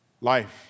Life